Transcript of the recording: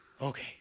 okay